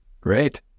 Great